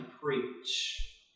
preach